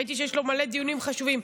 ראיתי שיש לו מלא דיונים חשובים.